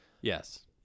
Yes